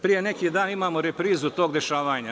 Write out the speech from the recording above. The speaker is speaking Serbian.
Pre neki dan imamo reprizu tog dešavanja.